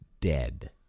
Dead